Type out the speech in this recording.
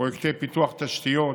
פרויקטי פיתוח תשתיות,